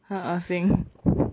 很恶心